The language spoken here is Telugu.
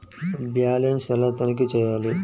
బ్యాలెన్స్ ఎలా తనిఖీ చేయాలి?